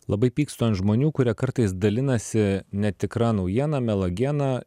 labai pykstu ant žmonių kurie kartais dalinasi netikra naujiena melagiena